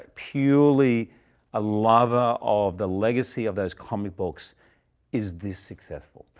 purely a lover of the legacy of those comic books is this successful.